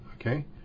okay